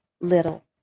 little